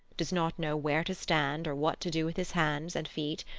does not know where to stand or what to do with his hands and feet,